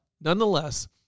nonetheless